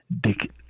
Dick